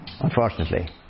unfortunately